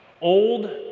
Old